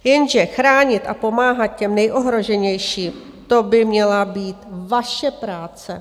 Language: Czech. Jenže chránit a pomáhat těm nejohroženější, to by měla být vaše práce.